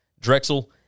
Drexel